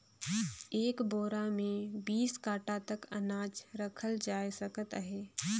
एक बोरा मे बीस काठा तक अनाज रखल जाए सकत अहे